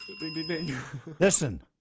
Listen